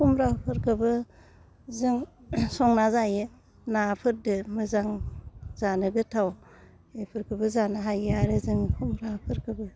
खुमब्राफोरखोबो जों संना जायो नाफोरजों मोजां जानो गोथाव बेफोरखौबो जानो हायो आरो जों खुमब्राफोरखौबो